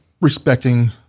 respecting